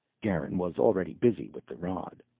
garin was already busy with the rod.